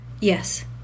Yes